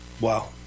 Wow